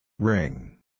Ring